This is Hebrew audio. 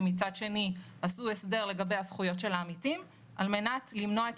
ומצד שני עשו הסדר לגבי הזכויות של העמיתים על מנת למנוע את